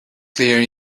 clear